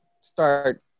start